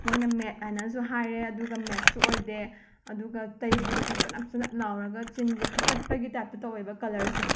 ꯃꯣꯏꯅ ꯃꯦꯠ ꯍꯥꯏꯅꯁꯨ ꯍꯥꯏꯔꯦ ꯑꯗꯨꯒ ꯃꯦꯠꯁꯨ ꯑꯣꯏꯗꯦ ꯑꯗꯨꯒ ꯇꯩꯕꯗꯁꯨ ꯆꯅꯞ ꯆꯅꯞ ꯂꯥꯎꯔꯒ ꯆꯤꯟꯁꯦ ꯐꯀꯠꯄꯒꯤ ꯇꯥꯏꯞꯇ ꯇꯧꯋꯦꯕ ꯀꯂꯔꯁꯦ